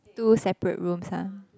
two separate rooms ah